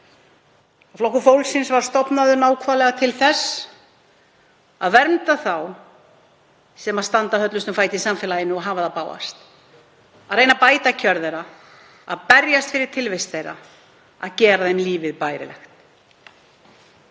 Flokkur fólksins var stofnaður nákvæmlega til þess að vernda þá sem standa höllustum fæti í samfélaginu og hafa það bágast, að reyna að bæta kjör þeirra, að berjast fyrir tilvist þeirra, að gera þeim lífið bærilegt.